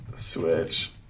switch